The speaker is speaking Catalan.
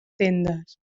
tendes